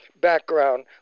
background